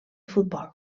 futbol